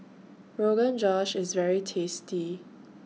Rogan Josh IS very tasty